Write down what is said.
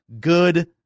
good